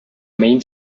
main